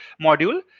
module